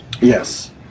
Yes